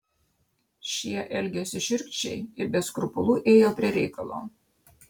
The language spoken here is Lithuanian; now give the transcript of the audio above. šie elgėsi šiurkščiai ir be skrupulų ėjo prie reikalo